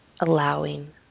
allowing